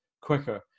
quicker